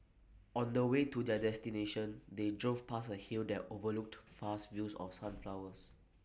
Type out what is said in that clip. on the way to their destination they drove past A hill that overlooked vast fields of sunflowers